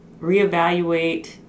reevaluate